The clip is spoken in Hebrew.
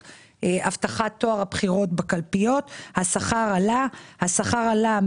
הבטחת טוהר הבחירות בקלפיות הביאו לכך שהשכר עלה מ-2,280